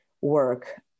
work